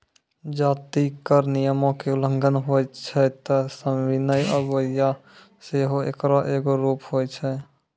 जदि कर नियमो के उल्लंघन होय छै त सविनय अवज्ञा सेहो एकरो एगो रूप होय छै